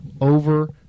over